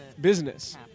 business